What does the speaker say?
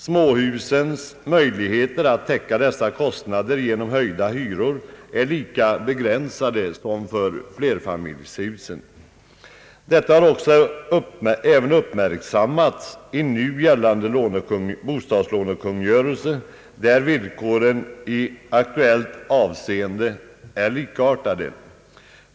Småhusens möjligheter att täcka dessa kostnader genom höjda hyror är lika begränsade som flerfamiljshusens. Detta har även uppmärksammats i nu gällande <bostadslånekungörelse, där villkoren i aktuellt avseende är likartade.